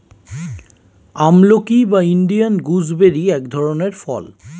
আমলকি বা Indian gooseberry এক ধরনের ফল